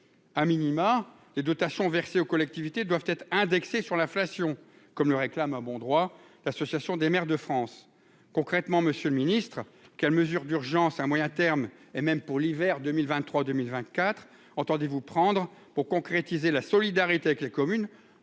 à minima, les dotations versées aux collectivités doivent être indexées sur l'inflation, comme le réclame à bon droit, l'Association des maires de France, concrètement, monsieur le ministre, quelles mesures d'urgence à moyen terme et même pour l'hiver 2023 2024, entendez-vous prendre pour concrétiser la solidarité avec les communes,